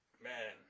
man